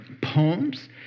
poems